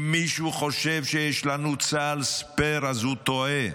אם מישהו חושב שיש לנו צה"ל ספייר אז הוא טועה.